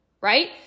right